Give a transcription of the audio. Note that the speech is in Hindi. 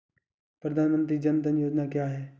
प्रधानमंत्री जन धन योजना क्या है?